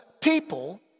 people